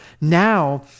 Now